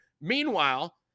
Meanwhile